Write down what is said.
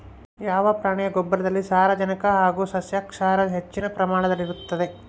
ಯಾವ ಪ್ರಾಣಿಯ ಗೊಬ್ಬರದಲ್ಲಿ ಸಾರಜನಕ ಹಾಗೂ ಸಸ್ಯಕ್ಷಾರ ಹೆಚ್ಚಿನ ಪ್ರಮಾಣದಲ್ಲಿರುತ್ತದೆ?